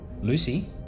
Lucy